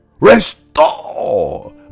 Restore